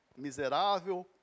miserável